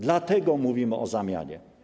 Dlatego mówimy o zamianie.